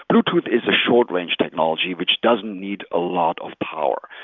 bluetooth is a short-range technology which doesn't need a lot of power.